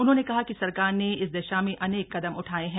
उन्होंने कहा कि सरकार ने इस दिशा अनेक कदम उठाये हैं